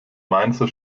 mainzer